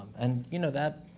and, you know, that,